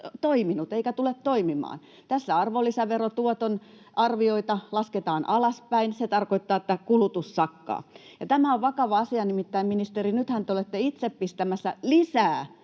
toiminut eikä tule toimimaan. Tässä arvonlisäverotuoton arvioita lasketaan alaspäin. Se tarkoittaa, että kulutus sakkaa. Tämä on vakava asia, nimittäin, ministeri, nythän te olette itse pistämässä vielä